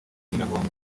nyiragongo